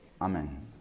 Amen